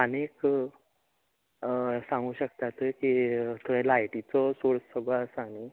आनी एक सांगू शकतात की थंय लायटीचो सोर्स बी आसा न्ही